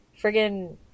friggin